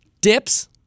dips